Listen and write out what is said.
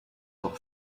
doch